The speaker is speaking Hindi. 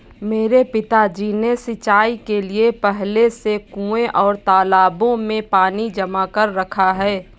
मेरे पिताजी ने सिंचाई के लिए पहले से कुंए और तालाबों में पानी जमा कर रखा है